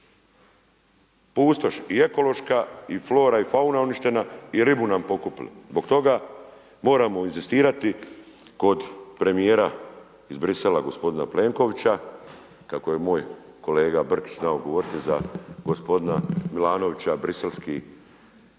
pustoš i ekološka i flora i fauna je uništena i ribu nam pokupili, zbog toga moramo inzistirati kod premijera iz Brisela gospodina Plenkovića, kako je moj kolega Brkić znao govoriti za gospodina Milanovića briselski